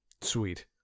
Sweet